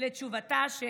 לתשובתה של